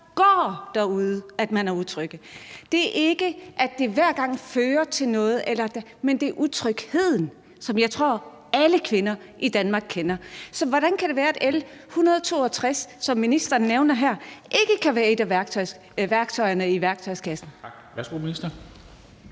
går derude, er de utrygge – ikke om, at det hver gang fører til noget, men om utrygheden, som jeg tror alle kvinder i Danmark kender til. Så hvordan kan det være, at L 162, som ministeren nævner her, ikke kan være et af værktøjerne i værktøjskassen? Kl.